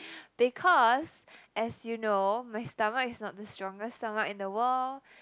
because as you know my stomach is not the strongest stomach in the world